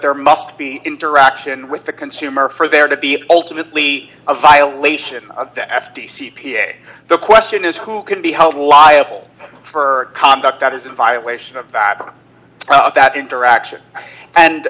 there must be interaction with the consumer for there to be ultimately a violation of the f t c ph the question is who can be held liable for conduct that is in violation of fact that interaction and